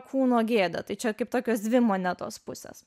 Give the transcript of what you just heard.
kūno gėda tačiau kaip tokios dvi monetos pusės